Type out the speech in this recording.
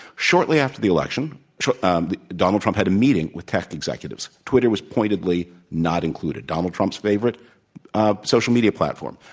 shortly after the election, um the donald trump had a meeting with tech executives. twitter was pointedly not included. donald trump's favorite ah social media platform.